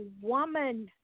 woman